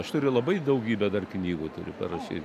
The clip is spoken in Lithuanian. aš turiu labai daugybę dar knygų turiu parašyt